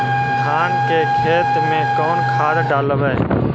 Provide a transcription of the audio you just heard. धान के खेत में कौन खाद डालबै?